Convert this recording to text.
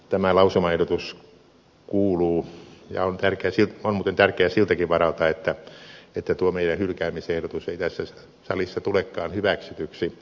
tämä lausumaehdotus on muuten tärkeä siltäkin varalta että tuo meidän hylkäämisehdotuksemme ei tässä salissa tulekaan hyväksytyksi